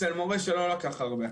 אצל מורה שלא לקח הרבה.